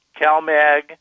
CalMag